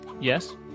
Yes